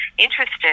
interested